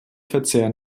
verzehr